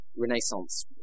Renaissance